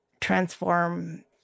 transform